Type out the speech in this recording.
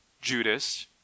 Judas